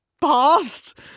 past